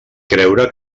creure